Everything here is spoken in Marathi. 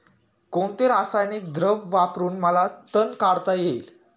कोणते रासायनिक द्रव वापरून मला तण काढता येईल?